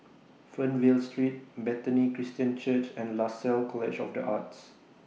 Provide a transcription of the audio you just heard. Fernvale Street Bethany Christian Church and Lasalle College of The Arts